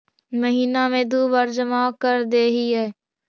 महिना मे दु बार जमा करदेहिय?